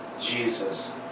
Jesus